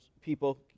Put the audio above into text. people